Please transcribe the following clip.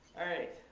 all right,